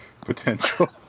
potential